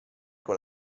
con